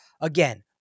Again